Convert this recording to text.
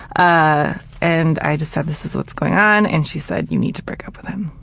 ah and i just said, this is what's going on and she said, you need to break up with him.